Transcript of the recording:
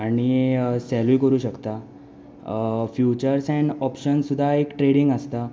आनी सेलूय करूं शकता फ्युचर्स एंड ऑप्शन्स सुद्दा एक ट्रेडींग आसता